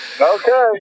Okay